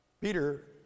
Peter